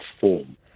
form